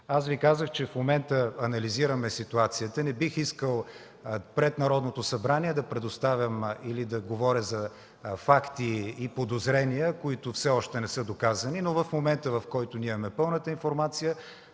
Казах Ви, че в момента анализираме ситуацията. Не бих искал пред Народното събрание да говоря или да предоставям факти и подозрения, които все още не са доказани. В момента, когато имаме пълната информация,